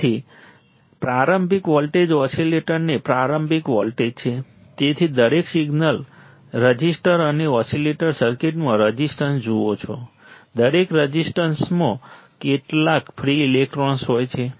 તેથી પ્રારંભિક વોલ્ટેજ ઓસિલેટરનો પ્રારંભિક વોલ્ટેજ છે તેથી દરેક રઝિસ્ટન્સ તમે ઓસિલેટર સર્કિટમાં રઝિસ્ટન્સ જુઓ છો દરેક રઝિસ્ટન્સમાં કેટલાક ફ્રિ ઇલેક્ટ્રોન હોય છે